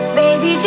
baby